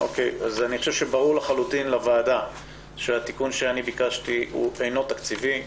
אז אני חושב שברור לחלוטין לוועדה שהתיקון שאני ביקשתי הוא אינו תקציבי.